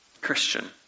Christian